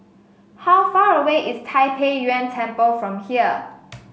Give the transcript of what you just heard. how far away is Tai Pei Yuen Temple from here